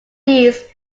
least